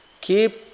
keep